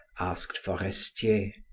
asked forestier.